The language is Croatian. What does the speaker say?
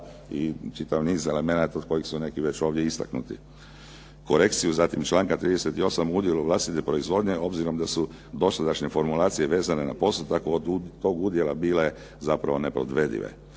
i čitav niz elemenata od kojih su neki ovdje istaknuti. Korekciju zatim članka 38. o udjelu vlastite proizvodnje, obzirom da su dosadašnje formulacije vezane na postotak od toga udjela bile zapravo neprovedive.